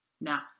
Now